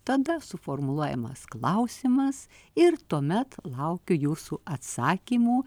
tada suformuluojamas klausimas ir tuomet laukiu jūsų atsakymų